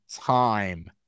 time